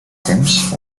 temps